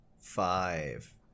Five